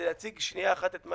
להציג שנייה אחת את מה